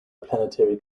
planetary